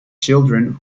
children